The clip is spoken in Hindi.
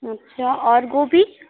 अच्छा और गोभी